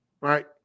right